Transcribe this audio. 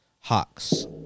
Hawks